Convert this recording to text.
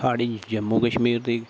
साढ़े जम्मू कश्मीर दी